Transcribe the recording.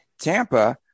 Tampa